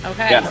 Okay